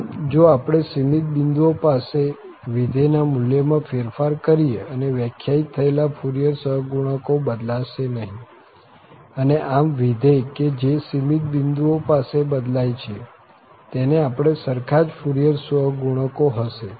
આમ જો આપણે સીમિત બિંદુઓ પાસે વિધેયના મુલ્યમાં ફેરફાર કરીએ અને વ્યાખ્યાયિત થયેલા ફુરિયર સહગુણકો બદલાશે નહીં અને આમ વિધેય કે જે સીમિત બિંદુઓ પાસે બદલાય છે તેને પણ સરખા જ ફુરિયર સહગુણકો હશે